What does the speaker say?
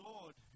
Lord